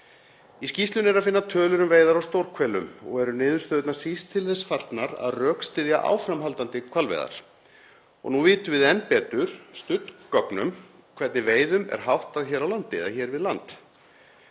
Í skýrslunni er að finna tölur um veiðar á stórhvelum og eru niðurstöðurnar síst til þess fallnar að rökstyðja áframhaldandi hvalveiðar. Og nú vitum við enn betur, studd gögnum, hvernig veiðum er háttað hér við land.